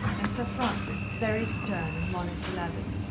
and sir francis, very stern and monosyllabic.